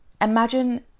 Imagine